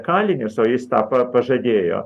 kalinius o jis tą pa pažadėjo